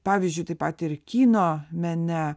pavyzdžiui taip pat ir kino mene